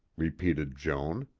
repeated joan.